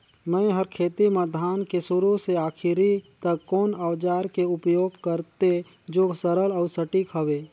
मै हर खेती म धान के शुरू से आखिरी तक कोन औजार के उपयोग करते जो सरल अउ सटीक हवे?